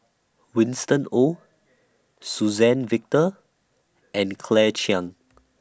Winston Oh Suzann Victor and Claire Chiang